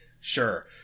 Sure